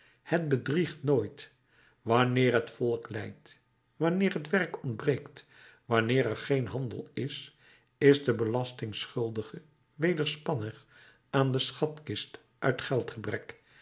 het bedriegt nooit wanneer het volk lijdt wanneer werk ontbreekt wanneer er geen handel is is de belastingschuldige wederspannig aan de schatkist uit